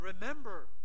remember